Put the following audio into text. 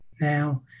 now